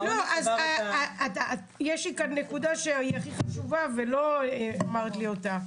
יש כאן נקודה שבעיניי היא הכי חשובה ולא דיברת עליה.